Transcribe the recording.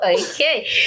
Okay